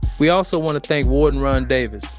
we also want to thank warden ron davis,